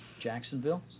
Jacksonville